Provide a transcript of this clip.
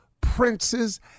princes